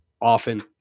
often